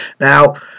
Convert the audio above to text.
Now